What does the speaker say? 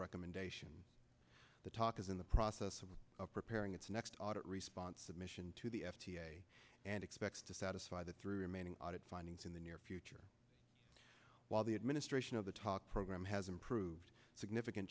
recommendation the talk is in the process of preparing its next audit response of mission to the f d a and expects to satisfy the three remaining audit findings in the near future while the administration of the talk program has improved significant